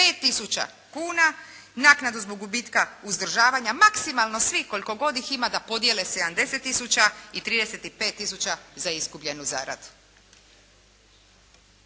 tisuća kuna naknadu zbog gubitka uzdržavanja, maksimalno svi koliko god ih ima da podijele 70 tisuća i 35 tisuća za izgubljenu zaradu.